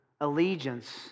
allegiance